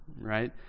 right